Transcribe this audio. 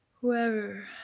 whoever